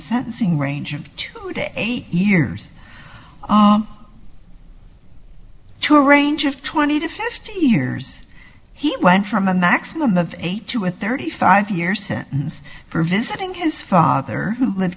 sentencing range of today eight years to a range of twenty to fifty years he went from a maximum of eight to a thirty five year sentence for visiting his father who live